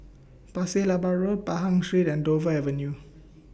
Pasir Laba Road Pahang Street and Dover Avenue